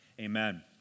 Amen